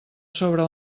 sobre